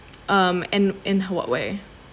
um in in what way